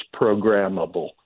programmable